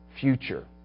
future